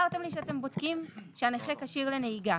אתם הסברתם לי שאתם בודקים שהנכה כשיר לנהיגה.